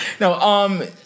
No